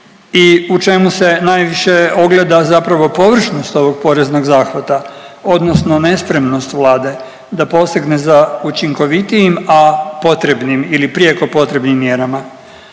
i u čemu se najviše ogleda zapravo površnost ovog poreznog zahvata odnosno nespremnost Vlade da posegne za učinkovitijim, a potrebnim ili prijeko potrebnim mjerama,